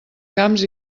camps